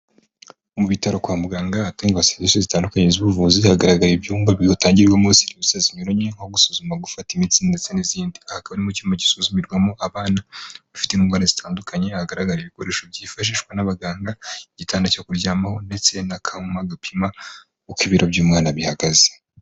Mu bitaro kwa muganga ahatangwa serivisi zitandukanye z'ubuvuzi, hagaragaye ibyumba bitangirwamo serivisi zinyuranye, nko gusuzuma, gufata imitsi ndetse n'izindi, hakaba ari mu cyumba gisuzurwamo abana bafite indwara zitandukanye, hagaragara ibikoresho byifashishwa n'abaganga, igitanda cyo kuryamaho ndetse n'akuma gapima uko ibiro by'umwana bihagaze.